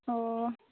अ'